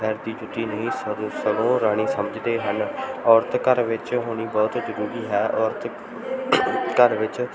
ਪੈਰ ਦੀ ਜੁੱਤੀ ਨਹੀਂ ਸਗ ਸਗੋਂ ਰਾਣੀ ਸਮਝਦੇ ਹਨ ਔਰਤ ਘਰ ਵਿੱਚ ਹੋਣੀ ਬਹੁਤ ਜ਼ਰੂਰੀ ਹੈ ਔਰਤ ਘਰ ਵਿੱਚ